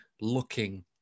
looking